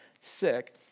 sick